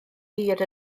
hir